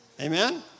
Amen